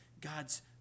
God's